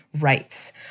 rights